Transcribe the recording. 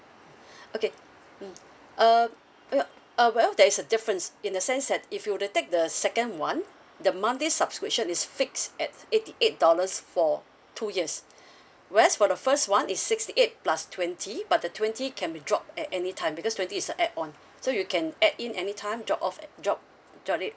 okay mm uh oh ya uh well there is a difference in the sense that if you were to take the second [one] the monthly subscription is fixed at eighty eight dollars for two years whereas for the first [one] is sixty eight plus twenty but the twenty can be drop at any time because twenty is a add on so you can add in any time drop off at drop drop it